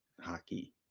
hockey